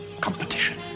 competition